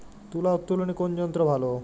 তুলা উত্তোলনে কোন যন্ত্র ভালো?